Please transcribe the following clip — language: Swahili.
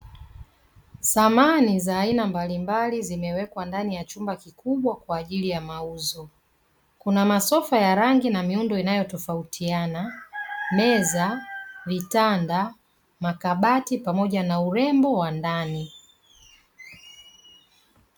Samani za aina mbalimbali zimewekwa ndani ya chumba kikubwa kwa ajili ya mauzo. Kuna masofa ya rangi na miundo inayotofautiana, meza, vitanda, makabati pamoja na urembo wa ndani.